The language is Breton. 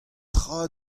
tra